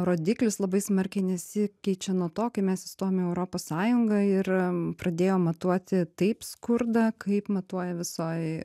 rodiklis labai smarkiai nesikeičia nuo to kai mes įstojom į europos sąjungą ir pradėjom matuoti taip skurdą kaip matuoja visoj